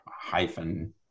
hyphen